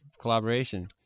collaboration